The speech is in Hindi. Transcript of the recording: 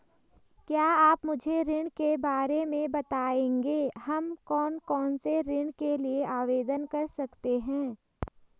क्या आप मुझे ऋण के बारे में बताएँगे हम कौन कौनसे ऋण के लिए आवेदन कर सकते हैं?